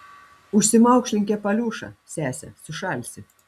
užsimaukšlink kepaliūšą sese sušalsi